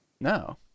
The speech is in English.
No